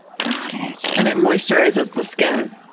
got it. and it moisturizes the skin.